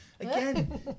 Again